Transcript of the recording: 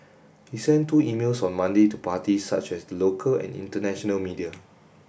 he sent two emails on Monday to parties such as the local and international media